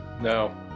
No